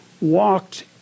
walked